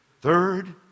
Third